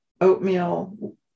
oatmeal